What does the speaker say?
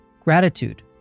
gratitude